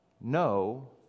no